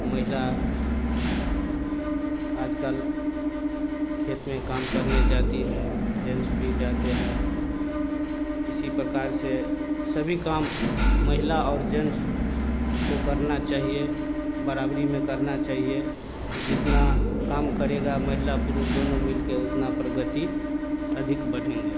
महिला आज कल खेत में काम करने जाती है जेन्स भी जाते हैं इसी प्रकार से सभी काम महिला और जेन्स को करना चाहिए बराबरी में करना चाहिए जितना काम करेगा महिला पुरुष दोनों मिल के उतना प्रगति अधिक बढ़ेगी